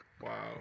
Wow